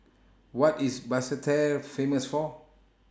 What IS Basseterre Famous For